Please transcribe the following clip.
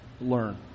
learn